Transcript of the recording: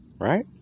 Right